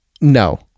no